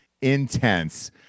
intense